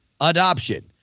adoption